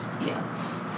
Yes